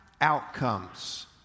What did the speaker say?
outcomes